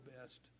best